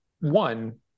one